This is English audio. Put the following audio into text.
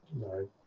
no